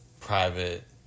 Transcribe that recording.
private